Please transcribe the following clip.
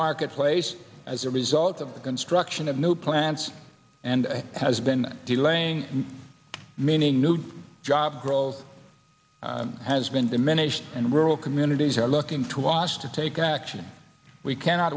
marketplace as a result of the construction of new plants and has been delaying meaning new job growth has been diminished and rural communities are looking to watch to take action we cannot